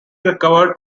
recovered